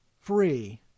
free